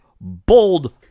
bold